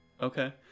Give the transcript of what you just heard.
Okay